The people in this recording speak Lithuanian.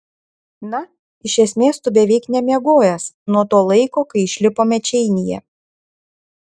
na iš esmės tu beveik nemiegojęs nuo to laiko kai išlipome čeinyje